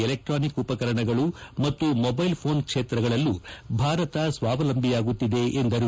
electronic ಉಪಕರಣಗಳು ಮತ್ತು mobile ಫೋನ್ನ ಕ್ಷೇತ್ರಗಳಲ್ಲೂ ಭಾರತ ಸ್ವಾವಲಂಬಿಯಾಗುತ್ತಿದೆ ಎಂದರು